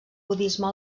budisme